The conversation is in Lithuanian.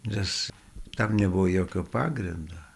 nes tam nebuvo jokio pagrindo